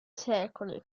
secoli